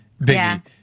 Biggie